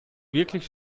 wirklich